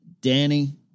Danny